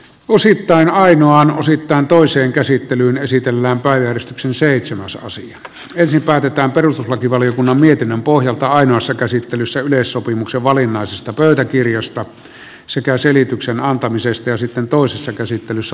osittain ainoa lusikan toiseen käsittelyyn esitellään vain eristyksen seitsemän ensin päätetään perustuslakivaliokunnan mietinnön pohjalta ainoassa käsittelyssä yleissopimuksen valinnaisesta pöytäkirjasta sekä selityksen antamisesta ja sitten toisessa käsittelyssä